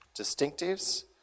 distinctives